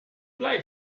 like